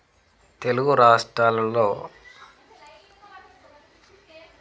తెలుగు రాష్ట్రాలలో